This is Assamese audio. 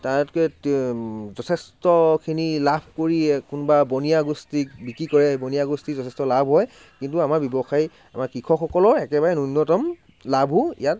তাতকৈ ত যথেষ্টখিনি লাভ কৰি কোনোবা বনিয়া গোষ্ঠীক বিক্ৰী কৰে বনিয়া গোষ্ঠীৰ যথেষ্ট লাভ হয় কিন্তু আমাৰ ব্য়ৱসায়ী আমাৰ কৃষকসকলৰ একেবাৰে নূন্যতম লাভো ইয়াত